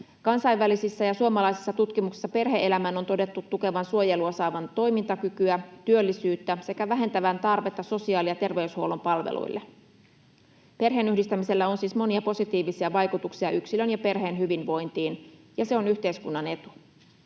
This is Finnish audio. Kansainvälisissä ja suomalaisissa tutkimuksissa perhe-elämän on todettu tukevan suojelua saavan toimintakykyä ja työllisyyttä sekä vähentävän tarvetta sosiaali- ja terveydenhuollon palveluille. Perheenyhdistämisellä on siis monia positiivisia vaikutuksia yksilön ja perheen hyvinvointiin, ja se on yhteiskunnan etu.